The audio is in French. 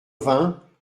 vingts